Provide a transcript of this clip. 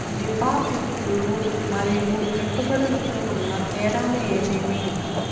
డిపాజిట్లు లు మరియు పెట్టుబడులకు ఉన్న తేడాలు ఏమేమీ?